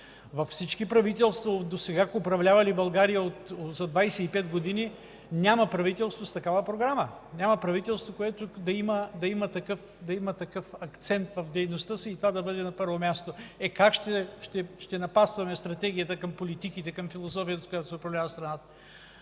Във всички правителства, управлявали през последните 25 години България, няма правителство с такава програма. Няма правителство, което да има такъв акцент в дейността си и това да бъде на първо място. Е, как ще напасваме Стратегията към политиките и философията, с които се управлява страната?!